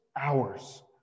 hours